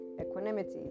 equanimity